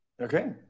Okay